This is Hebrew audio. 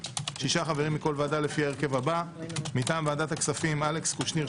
6 חברים מכל ועדה לפני ההרכב הבא: מטעם ועדת הכספים אלכס קושניר,